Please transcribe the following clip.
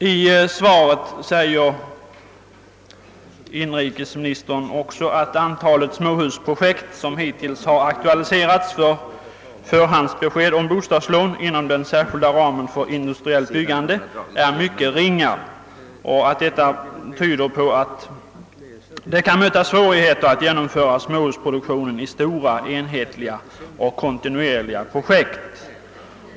I svaret säger inrikesministern också, att antalet småhusprojekt, som hittills har aktualiserats för förhandsbesked för bostadslån inom den särskilda ramen för industriellt byggande, är mycket ringa och att detta tyder på att det kan möta svårigheter att genomföra småhusproduktionen i stora enhetliga och kontinuerliga projekt.